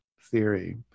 theory